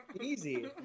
easy